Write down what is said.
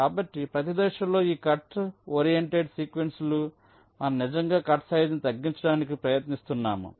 కాబట్టి ప్రతి దశలో ఈ కట్ ఓరియెంటెడ్ సీక్వెన్సులు మనం నిజంగా కట్సైజ్ను తగ్గించడానికి ప్రయత్నిస్తున్నాము